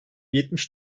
yetmiş